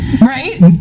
Right